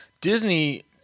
Disney